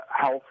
health